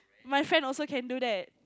my friend also can do that